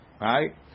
right